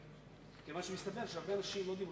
כי מסתבר שהרבה אנשים לא דיברו.